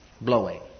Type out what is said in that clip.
blowing